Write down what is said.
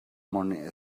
money